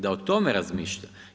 Da o tome razmišlja.